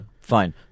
Fine